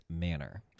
manner